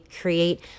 create